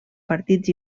partits